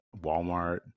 walmart